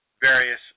various